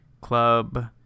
Club